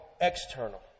external